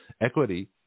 Equity